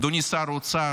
אדוני שר אוצר,